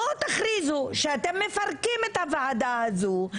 בואו תכריזו שאתם מפרקים את הוועדה הזו,